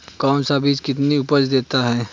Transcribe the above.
कौन सा बीज कितनी उपज देता है?